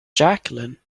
jacqueline